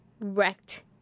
wrecked